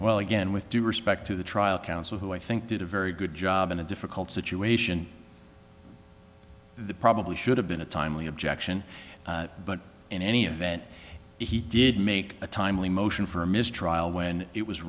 well again with due respect to the trial counsel who i think did a very good job in a difficult situation the probably should have been a timely objection but in any event he did make a timely motion for a mistrial when it was